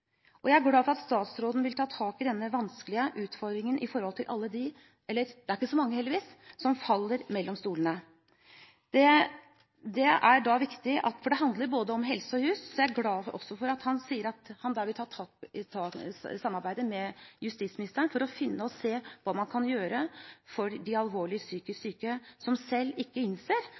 Jeg er glad for at statsråden vil ta tak i denne vanskelige utfordringen når det gjelder dem – det er ikke så mange, heldigvis – som faller mellom stolene. Det er viktig, og det handler både om helse og juss, så jeg er også glad for at han sier at han der vil samarbeide med justisministeren for å finne ut og se på hva man kan gjøre for de alvorlig psykisk psyke som selv ikke innser